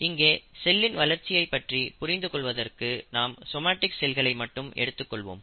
இங்கே செல்களின் வளர்ச்சியை பற்றி புரிந்து கொள்வதற்கு நாம் சோமடிக் செல்களை மட்டும் எடுத்துக் கொள்வோம்